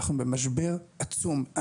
אנחנו במשבר עצום,